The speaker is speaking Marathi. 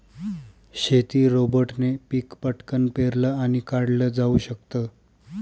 शेती रोबोटने पिक पटकन पेरलं आणि काढल जाऊ शकत